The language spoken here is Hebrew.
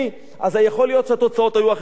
אז יכול להיות שהתוצאות היו אחרות לחלוטין.